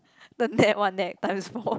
the net one that times four